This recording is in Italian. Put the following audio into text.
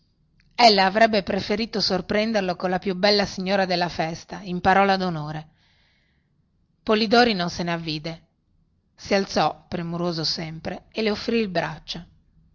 anchesso ella avrebbe preferito sorprenderlo colla più bella signora della festa in parola donore polidori non se ne avvide si alzò premuroso sempre e le offrì il braccio